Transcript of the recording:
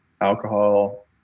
alcohol